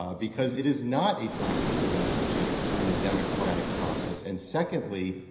ah because it is not a toxic relationship in a democratic process and secondly,